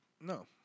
No